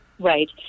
Right